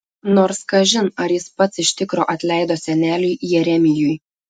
nors kažin ar jis pats iš tikro atleido seneliui jeremijui